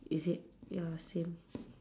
is it ya same